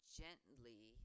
gently